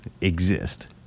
exist